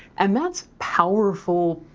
and that's powerful,